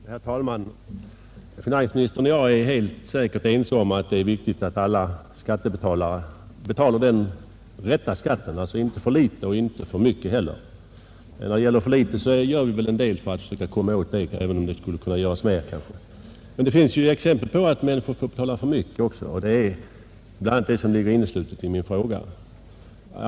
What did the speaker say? Herr talman! Finansministern och jag är helt säkert ense om att det är viktigt att alla skattebetalare erlägger den rätta skatten — alltså inte för litet och inte heller för mycket. När det gäller för litet betald skatt gör man väl en del för att komma åt saken, även om det kanske skulle kunna göras mer. Men det finns också exempel på att människor får betala för mycket, och det är bl.a. detta som ligger inneslutet i min fråga.